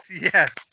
yes